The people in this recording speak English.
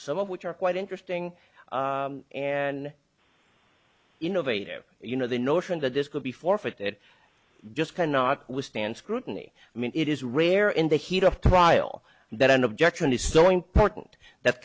some of which are quite interesting and innovative you know the notion that this could be forfeited just cannot withstand scrutiny i mean it is rare in the heat of trial that an objection is so important that